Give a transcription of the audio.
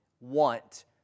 want